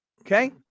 Okay